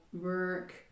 work